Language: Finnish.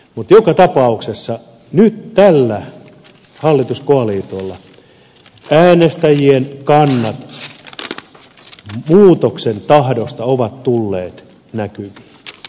mutta joka tapauksessa nyt tällä hallituskoalitiolla äänestäjien kannat muutoksen tahdosta ovat tulleet näkyviin